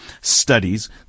studies